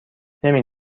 نمی